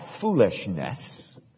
foolishness